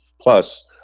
plus